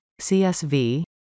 CSV